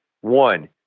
One